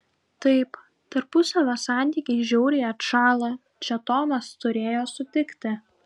taip tarpusavio santykiai žiauriai atšąla čia tomas turėjo sutikti